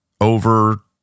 over